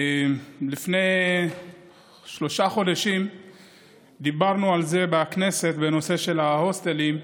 לפני שלושה חודשים דיברנו בכנסת על נושא ההוסטלים,